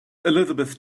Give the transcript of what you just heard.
elizabeth